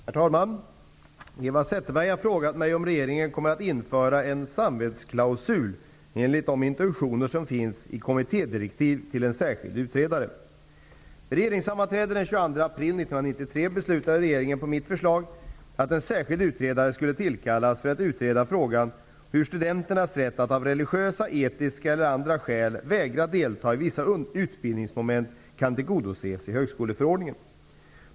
Herr talman! Eva Zetterberg har frågat mig om regeringen kommer att införa en samvetsklausul enligt de intentioner som finns i kommittédirektiven till en särskild utredare. beslutade regeringen på mitt förslag att en särskild utredare skulle tillkallas för att utreda frågan hur studenternas rätt att av religiösa, etiska eller andra skäl vägra delta i vissa utbildningsmoment kan tillgodoses i högskoleförordningen.